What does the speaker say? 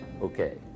Okay